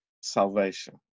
salvation